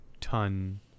ton